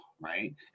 right